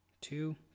two